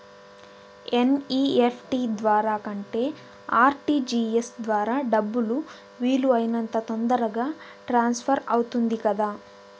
NEFT ద్వారా కంటే RTGS ద్వారా డబ్బు వీలు అయినంత తొందరగా ట్రాన్స్ఫర్ అవుతుంది కదా